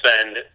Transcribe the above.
spend